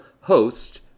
host